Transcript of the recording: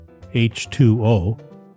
H2O